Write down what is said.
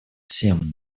всем